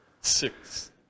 six